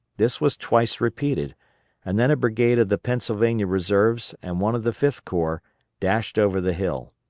this was twice repeated and then a brigade of the pennsylvania reserves and one of the fifth corps dashed over the hill.